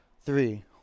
three